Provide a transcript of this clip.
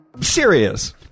Serious